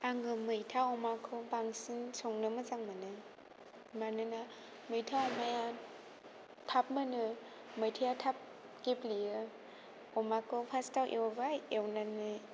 आङो मैथा अमाखौ बांसिन संनो मोजां मोनो मानोना मैथा अमाया थाब मोनो मैथाया थाब गेब्लेयो अमाखौ फार्स्टाव एवबाय एवनानै